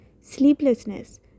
sleeplessness